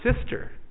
sister